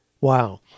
Wow